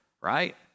right